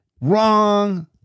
wrong